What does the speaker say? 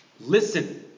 listen